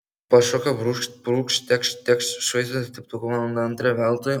pašoka brūkšt brūkšt tekšt tekšt švaistosi teptuku valandą antrą veltui